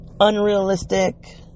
unrealistic